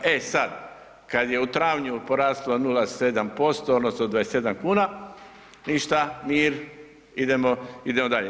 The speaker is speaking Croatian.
E sad kada je u travnju porasla 0,7% odnosno 27 kuna ništa, mir, idemo dalje.